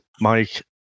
mike